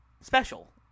special